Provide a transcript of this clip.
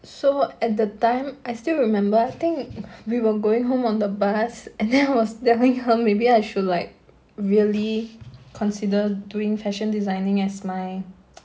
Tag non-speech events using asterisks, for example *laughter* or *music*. so at that time I still remember I think we were going home on the bus and then I was there her maybe I should like really consider doing fashion designing as my *noise*